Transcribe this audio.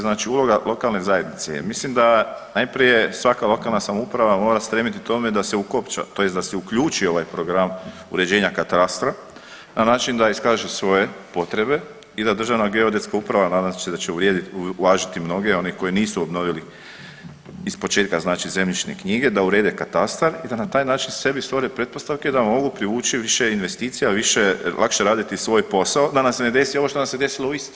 Znači uloga lokalne zajednice je, mislim da najprije svaka lokalna samouprava mora stremiti tome da se ukopča, tj. da se uključi ovaj program uređenja katastra na način da iskaže svoje potrebe i da Državna geodetska uprava nadam se da će uvažiti mnoge one koji nisu obnovili ispočetka znači zemljišne knjige, da urede katastar i da na taj način sebi stvore pretpostavke da mogu privući više investicija, više, lakše raditi svoj posao da nam se ne desi ovo što nam se desilo u Istri.